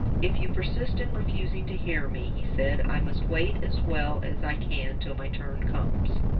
if you persist in refusing to hear me, he said, i must wait as well as i can till my turn comes.